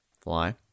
Fly